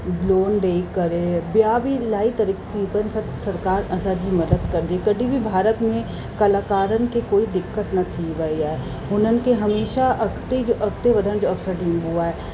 loan ॾई करे ॿिया बि इलाही तरकीबनि सां सरकार असांजी मदद कंदी कॾहिं भारत में कलाकारनि खे कोई दिक़त न थी वई आहे हुननि खे हमेशा अॻिते जो अॻिते वधण जो अवसरु ॾिबो आहे